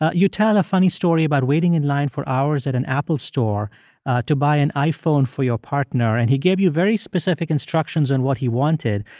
ah you tell a funny story about waiting in line for hours at an apple store to buy an iphone for your partner, and he gave you very specific instructions on what he wanted.